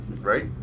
Right